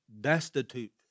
destitute